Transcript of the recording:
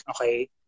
Okay